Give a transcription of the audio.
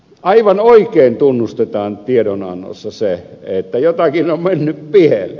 aivan oikein tunnustetaan tiedonannossa se että jotakin on mennyt pieleen